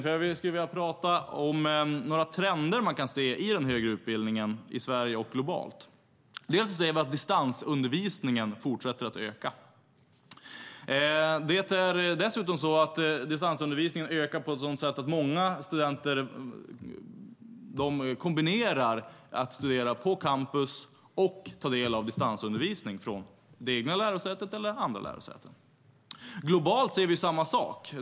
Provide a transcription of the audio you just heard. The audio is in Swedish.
För jag skulle vilja prata om några trender man kan se i den högre utbildningen i Sverige och globalt. Vi ser att distansundervisningen fortsätter att öka. Dessutom ökar distansundervisningen på ett sådant sätt att många studenter kombinerar studier på campus med distansundervisning på det egna lärosätet eller andra lärosäten. Globalt ser vi samma sak.